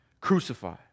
crucify